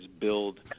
build